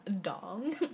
Dong